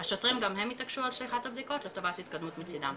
השוטרים גם הם התעקשו על שליחת הבדיקות לטובת התקדמות מצידם.